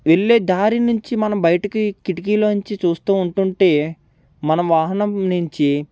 వెళ్ళే దారి నుంచి మనం బయటకి కిటికీ నుంచి చూస్తూ ఉంటుంటే మనం వాహనం నుంచి